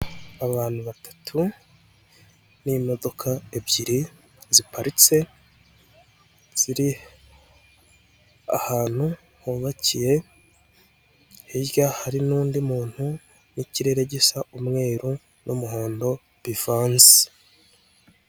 Abantu batatu n'imodoka ebyiri ziparitse ziri ahantu hubakiye hirya hari n'undi muntu n'ikirere gisa umweru n'umuhondo bivanze.